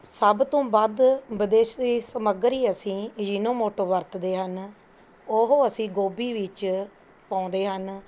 ਸਭ ਤੋਂ ਵੱਧ ਵਿਦੇਸ਼ੀ ਸਮੱਗਰੀ ਅਸੀਂ ਇਜੀਨੋਮੋਟੋ ਵਰਤਦੇ ਹਨ ਉਹ ਅਸੀਂ ਗੋਭੀ ਵਿੱਚ ਪਾਉਂਦੇ ਹਨ